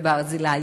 בברזילי,